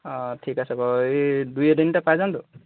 অঁ ঠিক আছে বাৰু এই দুই এদিনতে পাই যামতো